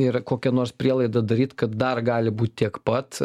ir kokią nors prielaidą daryt kad dar gali būt tiek pat